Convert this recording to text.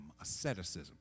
asceticism